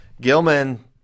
Gilman